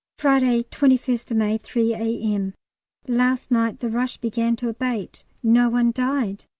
friday, twenty first may, three a m last night the rush began to abate no one died,